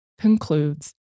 concludes